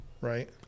right